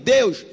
Deus